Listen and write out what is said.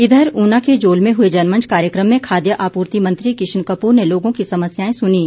इधर ऊना के जोल में हुए जनमंच कार्यक्रम में खाद्य आपूर्ति मंत्री किशन कपूर ने लोगों की समस्याएं सुनीं